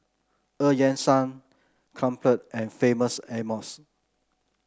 Eu Yan Sang Crumpler and Famous Amos